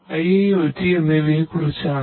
0 IIOTഎന്നിവയെക്കുറിച്ചാണ്